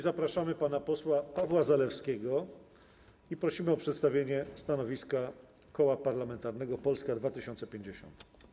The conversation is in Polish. Zapraszamy pana posła Pawła Zalewskiego i prosimy o przedstawienie stanowiska Koła Parlamentarnego Polska 2050.